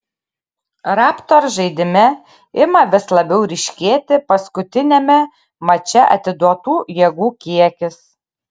raptors žaidime ima vis labiau ryškėti paskutiniame mače atiduotų jėgų kiekis